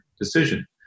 decision